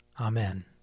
Amen